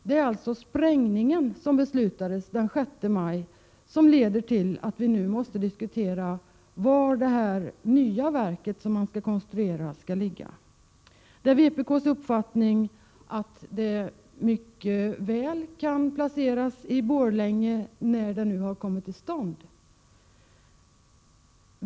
Det är alltså den sprängning man beslutade den 6 maj som leder till att vi nu måste diskutera var detta nya verk, som man vill konstruera, skall ligga. Vpk:s uppfattning är att verket mycket väl kan placeras i Borlänge, när det nu har kommit till stånd.